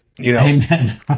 Amen